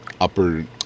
upper